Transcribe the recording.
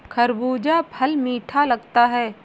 खरबूजा फल मीठा लगता है